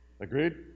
Agreed